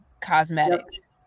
Cosmetics